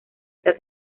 esa